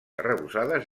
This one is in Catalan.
arrebossades